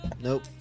Nope